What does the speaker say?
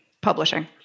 publishing